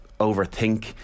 overthink